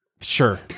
Sure